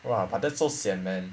!wah! but that's so sian man